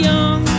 Young